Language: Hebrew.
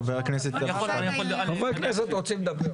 חברי כנסת רוצים לדבר.